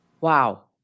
Wow